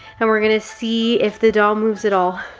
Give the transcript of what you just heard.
and we're gonna see if the doll moves at all.